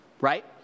right